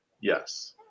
Yes